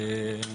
האם